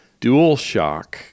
DualShock